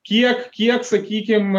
kiek kiek sakykim